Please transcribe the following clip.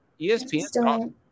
ESPN